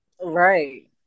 Right